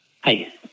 Hi